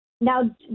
Now